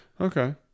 Okay